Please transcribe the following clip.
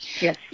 Yes